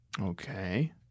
Okay